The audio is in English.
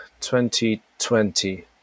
2020